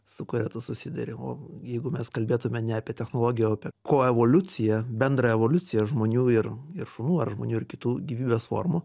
su kuria tu susiduri o jeigu mes kalbėtume ne apie technologiją apie koevoliuciją bendrą evoliuciją žmonių ir ir šunų ar žmonių ir kitų gyvybės formų